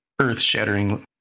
earth-shattering